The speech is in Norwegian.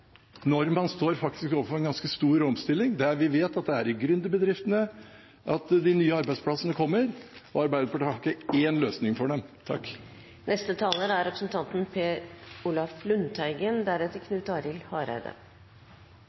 faktisk står overfor en ganske stor omstilling. Vi vet at det er i gründerbedriftene at de nye arbeidsplassene kommer, og Arbeiderpartiet har ikke én løsning for dem.